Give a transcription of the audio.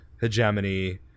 hegemony